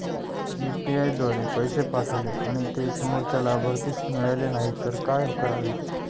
UPI द्वारे पैसे पाठवले आणि ते समोरच्या लाभार्थीस मिळाले नाही तर काय करावे?